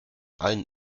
allen